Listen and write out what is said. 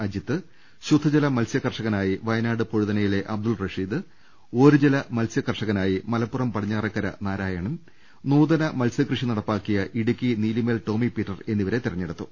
അജിത്ത് ശുദ്ധജല മത്സ്യ കർഷകനായി വയനാട് പൊഴുതനയിലെ അബ്ദുൾ റഷീദ് ഓരുജല മത്സ്യകർഷകനായി മലപ്പുറം പടിഞ്ഞാറേക്കര നാരായണൻ നൂതന മത്സ്യകൃഷി നടപ്പാക്കിയ ഇടുക്കി നീലിമേൽ ടോമി പീറ്റർ എന്നിവരെ തിരഞ്ഞെടുത്തു